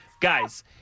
Guys